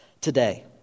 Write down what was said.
today